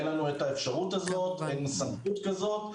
אין לנו האפשרות הזאת, ואין לנו סמכות כזאת.